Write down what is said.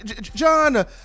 John